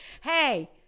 Hey